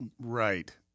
Right